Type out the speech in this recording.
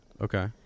Okay